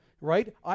right